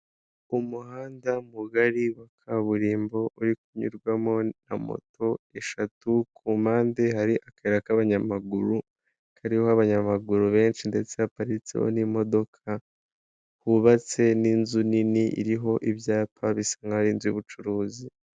Umuhanda mugari wa kaburimbo uri kunyurwamo na moto eshatu, ku mpande hari akayira k'abanyamaguru kariho abanyamaguru benshi ndetse haparitseho n'imodoka, hubatse n'inzu nini iriho ibyapa bisa nkaho ari inzu y'ubucuruzi.